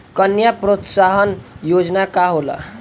कन्या प्रोत्साहन योजना का होला?